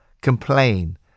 complain